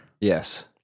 Yes